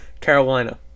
Carolina